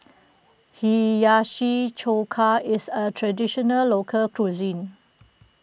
Hiyashi Chuka is a Traditional Local Cuisine